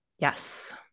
Yes